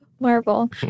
Marvel